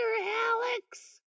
Alex